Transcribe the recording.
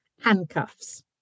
handcuffs